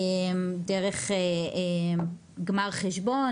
דרך גמר חשבון,